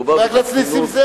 מדובר בחסינות,